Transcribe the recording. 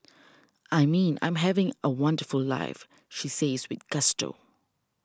I mean I'm having a wonderful life she says with gusto